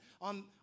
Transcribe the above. on